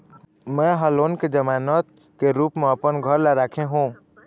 में ह लोन के जमानत के रूप म अपन घर ला राखे हों